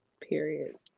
Period